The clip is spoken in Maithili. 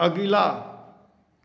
अगिला